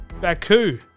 Baku